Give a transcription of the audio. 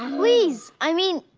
please, i mean,